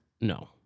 No